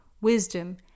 wisdom